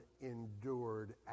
endured